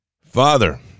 Father